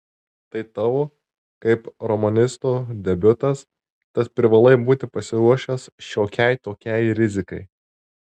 tai tavo kaip romanisto debiutas tad privalai būti pasiruošęs šiokiai tokiai rizikai